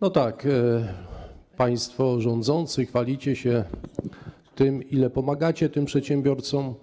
No tak, państwo rządzący chwalicie się tym, ile pomagacie przedsiębiorcom,